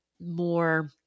more